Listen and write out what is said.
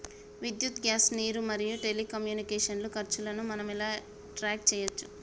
విద్యుత్ గ్యాస్ నీరు మరియు టెలికమ్యూనికేషన్ల ఖర్చులను మనం ఎలా ట్రాక్ చేయచ్చు?